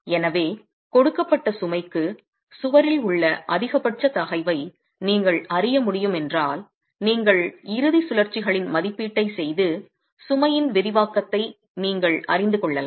எனவே கொடுக்கப்பட்ட சுமைக்கு சுவரில் உள்ள அதிகபட்ச தகைவை நீங்கள் அறிய முடியும் என்றால் நீங்கள் இறுதிச் சுழற்சிகளின் மதிப்பீட்டைச் செய்து சுமையின் விரிவாக்கத்தை நீங்கள் அறிந்து கொள்ளலாம்